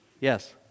Yes